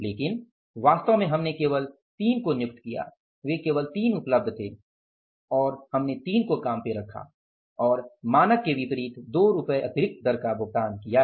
लेकिन वास्तव में हमने केवल 3 को नियुक्त किया है वे केवल 3 उपलब्ध थे और हमने मानक के विपरीत 2 रुपये अतिरिक्त दर का भुगतान किया है